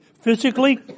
physically